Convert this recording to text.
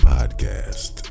Podcast